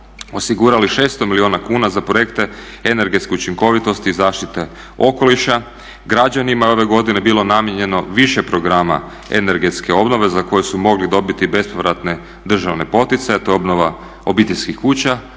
osigurali 600 milijuna kuna za projekte energetske učinkovitosti i zaštite okoliša. Građanima je ove godine bilo namijenjeno više programa energetske obnove za koju su mogli dobiti bespovratne državne poticaje, to je obnova obiteljskih kuća,